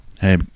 Hey